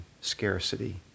scarcity